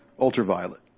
Ultraviolet